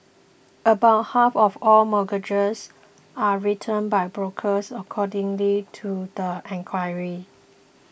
about half of all mortgages are written by brokers accordingly to the inquiry